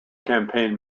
campaign